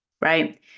right